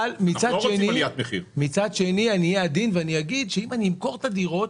אבל מצד שני אני אהיה עדין ואני אגיד שאם אני אמכור את הדירות